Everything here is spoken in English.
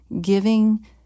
giving